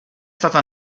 stata